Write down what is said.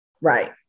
Right